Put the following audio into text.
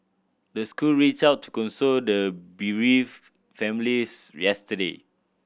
the school reached out to console the bereaved families yesterday